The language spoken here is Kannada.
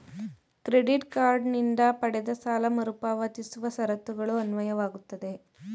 ಕ್ರೆಡಿಟ್ ಕಾರ್ಡ್ ನಿಂದ ಪಡೆದ ಸಾಲ ಮರುಪಾವತಿಸುವ ಷರತ್ತುಗಳು ಅನ್ವಯವಾಗುತ್ತವೆ